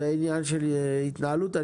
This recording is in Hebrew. זה עניין של התנהלות.